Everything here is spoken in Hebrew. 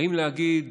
האם להגיד: